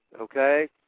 okay